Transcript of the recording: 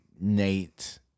Nate